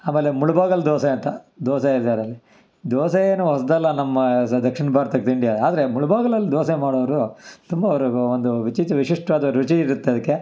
ಆಮೇಲೆ ಮುಳುಬಾಗಿಲು ದೋಸೆ ಅಂತ ದೋಸೆ ಇದರಲ್ಲಿ ದೋಸೆ ಏನೂ ಹೊಸದಲ್ಲ ನಮ್ಮ ಸ ದಕ್ಷಿಣ ಭಾರತಕ್ಕೆ ತಿಂಡಿ ಆದರೆ ಮುಳುಬಾಗ್ಲಲ್ಲಿ ದೋಸೆ ಮಾಡೋವ್ರು ತುಂಬ ಅವರು ಒಂದು ವಿಚಿತ್ರ ವಿಶಿಷ್ಟವಾದ ರುಚಿ ಇರುತ್ತದಕ್ಕೆ